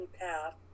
path